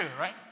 right